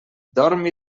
dorm